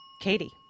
Katie